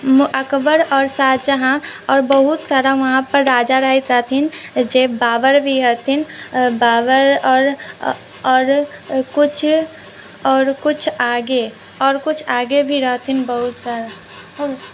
अकबर आओर शाहजहाँ आओर बहुत सारा वहाँ पर राजा रहै रहथिन जे बाबर भी रहथिन बाबर आओर आओर कुछ आओर कुछ आगे आओर कुछ आगे भी रहथिन बहुत सारा हो गेल